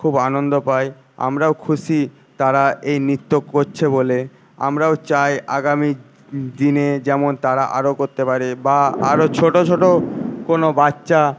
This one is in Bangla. খুব আনন্দ পাই আমরাও খুশি তারা এই নৃত্য করছে বলে আমরাও চাই আগামী দিনে যেমন তারা আরও করতে পারে বা আরও ছোটোছোটো কোনো বাচ্চা